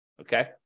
Okay